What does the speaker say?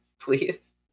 please